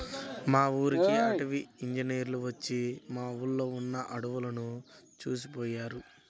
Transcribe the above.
మా ఊరికి అటవీ ఇంజినీర్లు వచ్చి మా ఊర్లో ఉన్న అడువులను చూసిపొయ్యారు